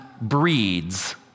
breeds